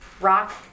rock